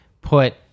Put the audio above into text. put